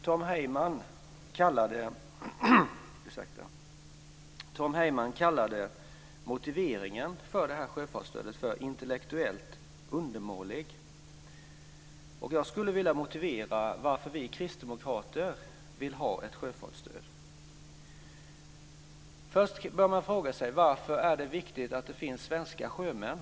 Tom Heyman kallade motiveringen för detta sjöfartsstöd intellektuellt undermålig. Jag skulle vilja motivera varför vi kristdemokrater vill ha ett sjöfartsstöd. Först och främst bör man fråga sig varför det är viktigt att det finns svenska sjömän.